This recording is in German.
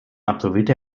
absolvierte